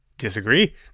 Disagree